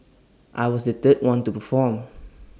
I was the third one to perform